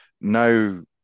no